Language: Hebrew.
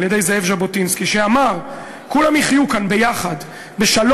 על-ידי זאב ז'בוטינסקי שאמר: כולם יחיו כאן ביחד בשלום,